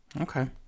Okay